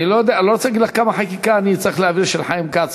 אני לא רוצה להגיד לך כמה חקיקה של חיים כץ